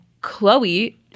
Chloe